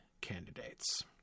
candidates